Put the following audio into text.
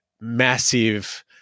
massive